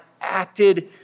acted